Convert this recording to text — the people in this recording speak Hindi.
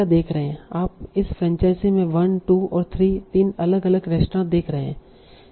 आप इस फ्रैंचाइज़ी में 1 2 और 3 तीन अलग अलग रेस्तरां देख रहे हैं